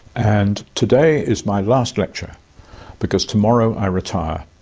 and today is my last lecture because tomorrow i retire,